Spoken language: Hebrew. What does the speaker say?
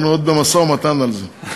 אנחנו עוד במשא-ומתן על זה.